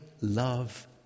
love